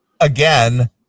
again